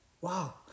Wow